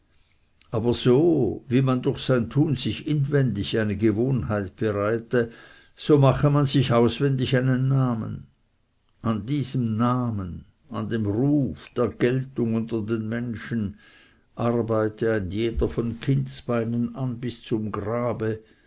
aber so wie man durch sein tun sich inwendig eine gewohnheit bereite so mache man sich auswendig einen namen an diesem namen an dem ruf der geltung unter den menschen arbeite ein jeder von kindsbeinen an bis zum grabe